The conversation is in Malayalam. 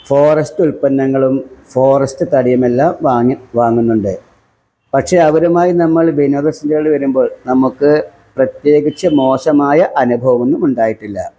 ഫോറെസ്റ്റ് ഉൽപ്പന്നങ്ങളും ഫോറെസ്റ്റ് തടിയുമെല്ലാം വാങ്ങി വാങ്ങുന്നുണ്ട് പക്ഷേ അവരുമായി നമ്മൾ വിനോദസഞ്ചാരി വരുമ്പോൾ നമുക്ക് പ്രത്യേകിച്ച് മോശമായ അനുഭവമൊന്നും ഉണ്ടായിട്ടില്ല